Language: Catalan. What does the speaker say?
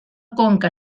conca